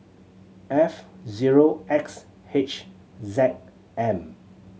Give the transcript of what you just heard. F zero X H Z M